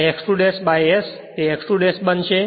આ X 2 ' s તે X2 ' બનશે